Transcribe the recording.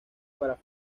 para